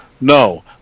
No